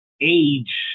age